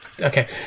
Okay